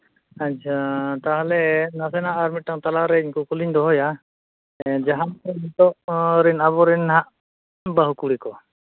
ᱟᱪᱪᱷᱟ ᱛᱟᱦᱚᱞᱮ ᱱᱟᱥᱮᱱᱟᱜ ᱟᱨ ᱢᱤᱫᱴᱟᱱ ᱛᱟᱞᱟᱨᱮ ᱠᱩᱠᱞᱤᱧ ᱫᱚᱦᱚᱭᱟ ᱡᱟᱦᱟᱸ ᱞᱮᱠᱟ ᱱᱤᱛᱚᱜ ᱟᱵᱚᱨᱮᱱ ᱦᱟᱸᱜ ᱵᱟᱹᱦᱩ ᱠᱩᱲᱤ ᱠᱚ